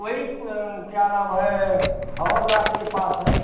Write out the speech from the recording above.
वही क्या नाम है भँवरनाथ के पास है